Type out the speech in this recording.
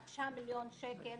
ה-9 מיליון שקלים